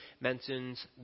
mentions